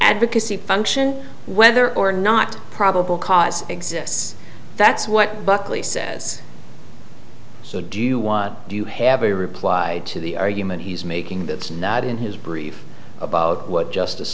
advocacy function whether or not probable cause exists that's what buckley says so do you what do you have a reply to the argument he's making that's not in his brief about what justice